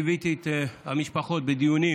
ליוויתי את המשפחות בדיונים